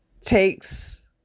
takes